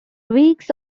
weeks